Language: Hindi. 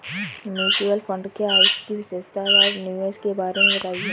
म्यूचुअल फंड क्या है इसकी विशेषता व निवेश के बारे में बताइये?